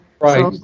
Right